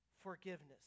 forgiveness